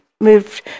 moved